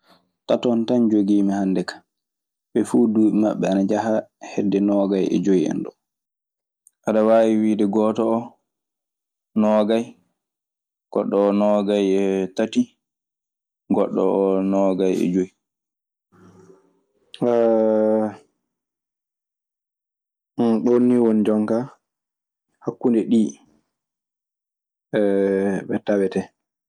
Taton tam djigimi hamde ka, be fu duni mabe ana jaha hede nogayi e johi do. Aɗe waawi wiide gooto oo noogay, goɗɗo oo noogay e tati, goɗɗo oo noogay e joy. ɗum ni woni jooni ka hakkunde ɗi ɓe tawatee.